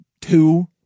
two